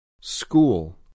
School